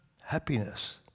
happiness